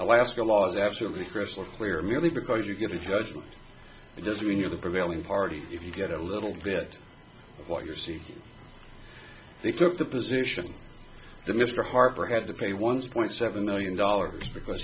alaska law is absolutely crystal clear merely because you get to judge and it doesn't mean you're the prevailing party if you get a little bit of what you see they took the position that mr harper had to pay one point seven million dollars because